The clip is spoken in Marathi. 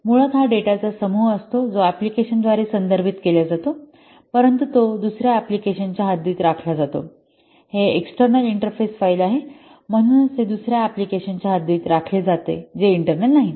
तर मुळात हा डेटाचा समूह असतो जो अँप्लिकेशनद्वारे संदर्भित केला जातो परंतु तो दुसर्या अँप्लिकेशनच्या हद्दीत राखला जातो हे एक्सटर्नल इंटरफेस फाइल आहे म्हणूनच ते दुसर्या अँप्लिकेशनच्या हद्दीत राखले जाते हे इंटर्नल नाही